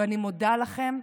ואני מודה לכם,